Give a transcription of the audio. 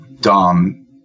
DOM